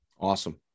Awesome